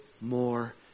more